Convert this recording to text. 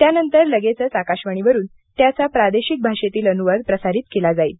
त्यानंतर लगेचच आकाशवाणीवरुन त्याचा प्रादेशिक भाषेतील अनुवाद प्रसारित केला जाईल